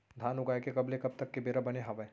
धान उगाए के कब ले कब तक के बेरा बने हावय?